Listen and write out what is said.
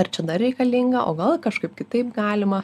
ar čia dar reikalinga o gal kažkaip kitaip galima